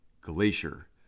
Glacier